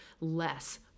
less